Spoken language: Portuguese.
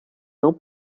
não